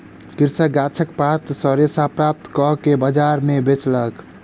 कृषक गाछक पात सॅ रेशा प्राप्त कअ के बजार में बेचलक